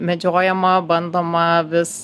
medžiojama bandoma vis